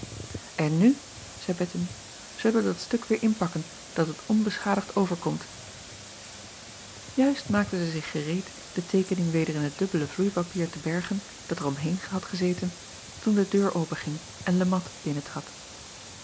n nu zeî ettemie zullen wij dat stuk weêr inpakken dat het onbeschadigd overkomt uist maakte zij zich gereed de teekening weder in het dubbele vloeipapier te bergen dat er omheen had gezeten toen de deur openging en e at